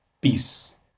peace